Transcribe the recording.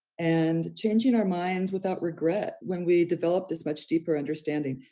and changing our minds without regret. when we develop this much deeper understanding,